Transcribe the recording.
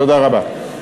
תודה רבה.